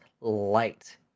light